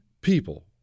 people